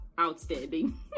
outstanding